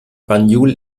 banjul